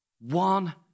One